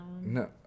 No